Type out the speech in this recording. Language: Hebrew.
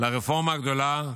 לרפורמה הגדולה,